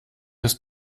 ist